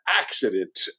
accident